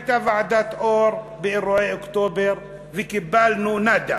הייתה ועדת-אור אחרי אירועי אוקטובר וקיבלנו נאדה.